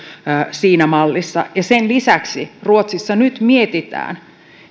ja sen lisäksi ruotsissa nyt mietitään